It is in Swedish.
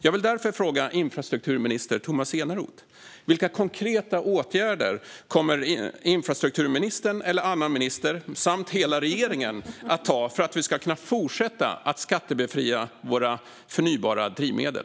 Jag vill därför fråga infrastrukturminister Tomas Eneroth eller annan minister och hela regeringen vilka konkreta åtgärder man kommer att vidta för att vi ska kunna fortsätta att skattebefria våra förnybara drivmedel.